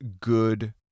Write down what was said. good